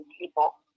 people